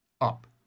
Up